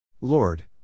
Lord